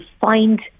find